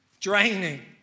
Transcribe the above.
draining